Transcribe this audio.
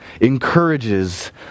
encourages